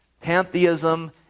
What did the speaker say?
pantheism